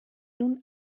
nun